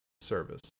service